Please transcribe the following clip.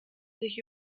sich